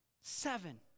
Seven